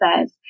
says